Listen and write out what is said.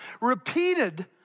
repeated